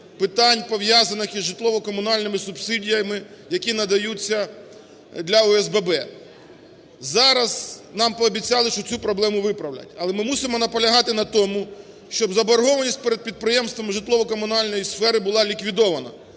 питань, пов'язаних із житлово-комунальними субсидіями, які надаються для ОСББ, зараз нам пообіцяли, що цю проблему виправлять. Але ми мусимо наполягати на тому, щоб заборгованість перед підприємствами житлово-комунальної сфери була ліквідована.